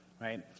right